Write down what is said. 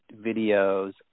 videos